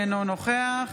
אינו נוכח